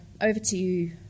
over-to-you